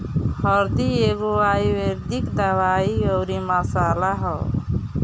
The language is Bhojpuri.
हरदी एगो आयुर्वेदिक दवाई अउरी मसाला हअ